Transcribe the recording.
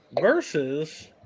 versus